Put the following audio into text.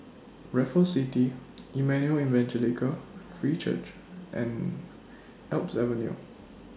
Raffles City Emmanuel Evangelical Free Church and Alps Avenue